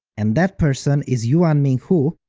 and that person is yuanming hu,